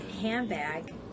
handbag